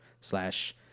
slash